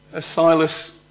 Silas